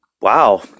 wow